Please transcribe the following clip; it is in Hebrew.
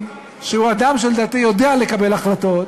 הוא יכול היה להימנע מזה.